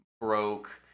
broke